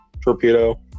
torpedo